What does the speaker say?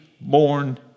born